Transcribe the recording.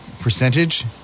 percentage